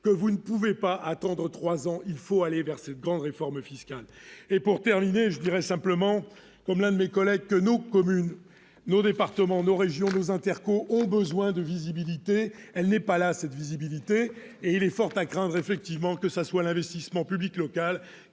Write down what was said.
que vous ne pouvez pas attendre 3 ans, il faut aller vers cette grande réforme fiscale et pour terminer, je dirais simplement comme l'un de mes collègues que nos communes, nos départements nos régions, nos Interco ont besoin de visibilité, elle n'est pas là cette visibilité et il est fort à craindre effectivement que ça soit l'investissement public local